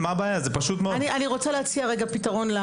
אני רוצה להציע פתרון.